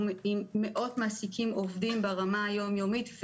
עובדים עם מאות מעסיקים ברמה היום-יומית.